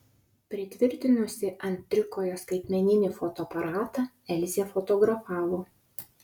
pritvirtinusi ant trikojo skaitmeninį fotoaparatą elzė fotografavo